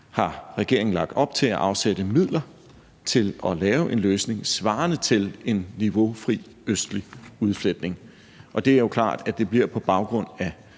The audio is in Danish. har regeringen lagt op til at afsætte midler til at lave en løsning svarende til en niveaufri østlig udfletning. Og det er jo klart, at det bliver på baggrund af